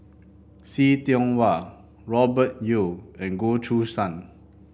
See Tiong Wah Robert Yeo and Goh Choo San